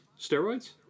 Steroids